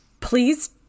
please